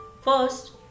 first